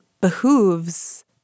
behooves